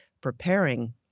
preparing